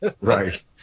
Right